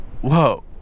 Whoa